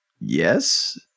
yes